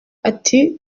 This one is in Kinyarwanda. ati